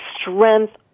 strength